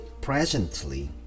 presently